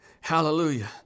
Hallelujah